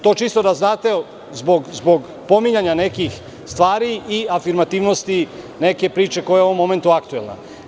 To čisto da znate, zbog pominjanja nekih svari i afirmativnosti neke priče koja je u ovom momentu aktuelna.